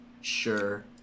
Sure